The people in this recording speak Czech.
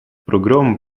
programů